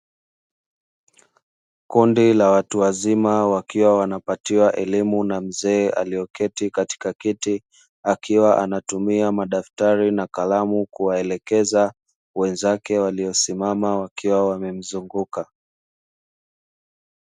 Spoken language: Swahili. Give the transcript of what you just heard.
Kundi la watu wazima wakiwa wanapatiwa elimu na mzee aliyeketi katika kiti, akiwa anatumia madaftari na kalamu kuwaelekeza wenzake waliosimama, wakiwa wamemzunguka.